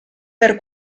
per